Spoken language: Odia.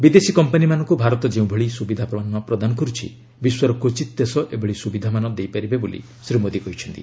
ବିଦେଶୀ କମ୍ପାନୀମାନଙ୍କୁ ଭାରତ ଯେଉଁଭଳି ସୁବିଧାମାନ ପ୍ରଦାନ କରୁଛି ବିଶ୍ୱର କ୍ୱଚିତ୍ ଦେଶ ଏଭଳି ସୁବିଧା ଦେଇପାରିବେ ବୋଲି ଶ୍ରୀ ମୋଦୀ କହିଛନ୍ତି